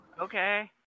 Okay